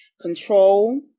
control